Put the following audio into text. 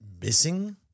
missing